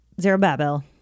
Zerubbabel